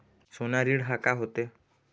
सोना ऋण हा का होते?